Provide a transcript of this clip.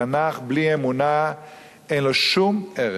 תנ"ך בלי אמונה אין לו שום ערך.